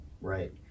Right